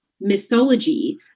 mythology